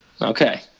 Okay